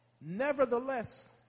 Nevertheless